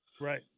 Right